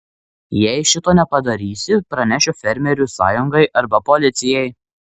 jei šito nepadarysi pranešiu fermerių sąjungai arba policijai